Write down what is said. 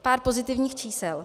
Pár pozitivních čísel.